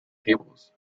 tables